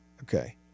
Okay